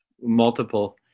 Multiple